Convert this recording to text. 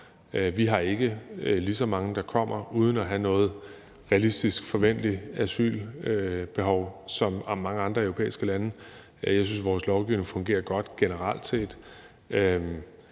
Vi har ikke lige så mange, der kommer uden at have noget realistisk, forventeligt asylbehov, som mange andre europæiske lande. Jeg synes, at vores lovgivning fungerer godt generelt set.